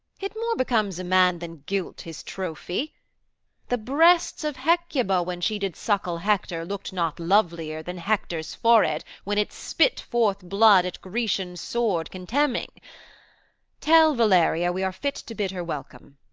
it more becomes a man than gilt his trophy the breasts of hecuba, when she did suckle hector, looked not lovelier than hector's forehead when it spit forth blood at grecian swords contending tell valeria we are fit to bid her welcome.